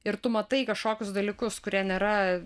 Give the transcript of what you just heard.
ir tu matai kažkokius dalykus kurie nėra